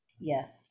yes